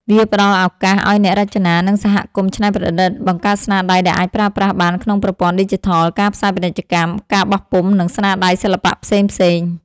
វាផ្តល់ឱកាសឲ្យអ្នករចនា និងសហគមន៍ច្នៃប្រឌិត បង្កើតស្នាដៃដែលអាចប្រើប្រាស់បានក្នុងប្រព័ន្ធឌីជីថល ការផ្សាយពាណិជ្ជកម្ម ការបោះពុម្ព និងស្នាដៃសិល្បៈផ្សេងៗ។